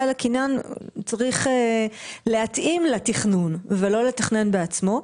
על הקניין צריך להתאים לתכנון ולא לתכנן בעצמו.